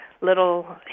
little